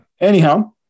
Anyhow